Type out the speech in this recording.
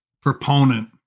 proponent